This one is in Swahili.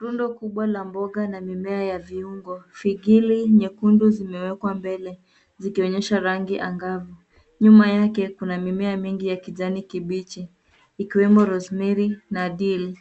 Rundo kubwa la mboga na mimea ya viungo. Figili nyekundu zimewekwa mbele, zikionyesha rangi angavu. Nyuma yake kuna mimea mengi ya kijani kibichi, ikiwemo rosemary na dill .